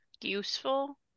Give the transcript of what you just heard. useful